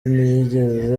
ntiyigeze